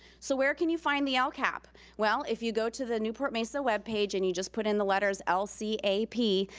so where can you find the ah lcap? well, if you go to the newport-mesa webpage and you just put in the letters l c a p,